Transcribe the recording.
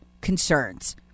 concerns